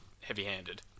heavy-handed